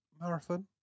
marathon